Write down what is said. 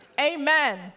Amen